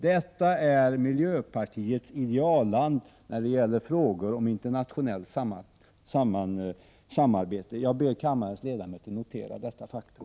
Detta är miljöpartiets idealland när det gäller frågor om internationellt samarbete. Jag ber kammarens ledamöter att notera detta faktum.